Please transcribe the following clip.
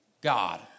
God